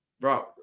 Bro